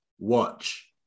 watch